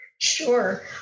Sure